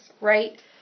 right